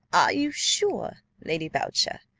are you sure, lady boucher,